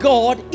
God